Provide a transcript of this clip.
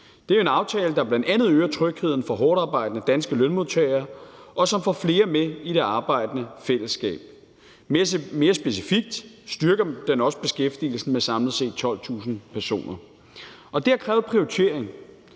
Det er jo en aftale, der bl.a. øger trygheden for hårdtarbejdende danske lønmodtagere, og som får flere med i det arbejdende fællesskab. Mere specifikt styrker aftalen også beskæftigelsen med samlet set 12.000 personer. Og det har krævet prioritering.